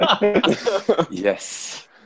Yes